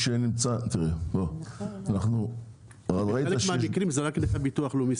שמתי לב שכתוב בחלק מהמקרים רק נכי ביטוח לאומי.